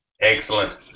Excellent